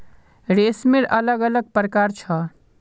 रेशमेर अलग अलग प्रकार छ